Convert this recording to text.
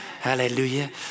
Hallelujah